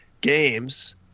games